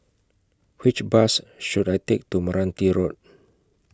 Which Bus should I Take to Meranti Road